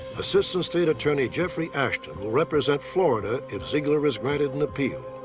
assistant state attorney jeffrey ashton will represent florida if zeigler is granted an appeal.